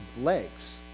legs